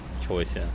choice